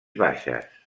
baixes